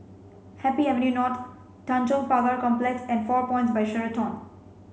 Happy Avenue Not Tanjong Pagar Complex and Four Points By Sheraton